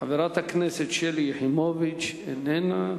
חברת הכנסת שלי יחימוביץ, איננה,